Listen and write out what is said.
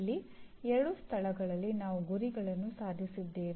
ಇಲ್ಲಿ ಎರಡು ಸ್ಥಳಗಳಲ್ಲಿ ನಾವು ಗುರಿಗಳನ್ನು ಸಾಧಿಸಿದ್ದೇವೆ